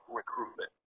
recruitment